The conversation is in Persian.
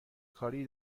کاری